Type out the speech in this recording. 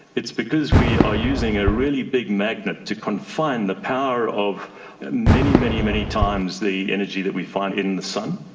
it's because we are using a really big magnet to confine the power of many, many many times the energy that we find in the sun,